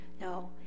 No